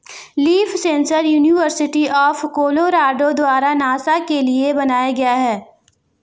leaf sensor university of Colorado द्वारा NASA के लिए बनाया गया था